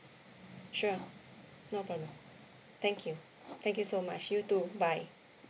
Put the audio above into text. sure no problem thank you thank you so much you too bye